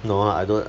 no ah I don't